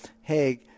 hey